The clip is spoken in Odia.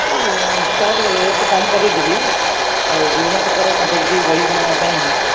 ଏ ଯେଉଁ ନିଶ୍ଚିତ ଭାବରେ ରେଟ୍ କମ କରେଇଦେବି ଆଉ ବିଭିନ୍ନ ପ୍ରକାର କମ୍ପିଟିଟିଭ୍ ବହି ତୁମ ପାଇଁ